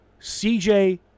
CJ